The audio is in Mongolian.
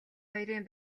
хоёрын